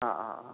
ആ ആ ആ